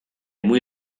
muy